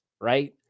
right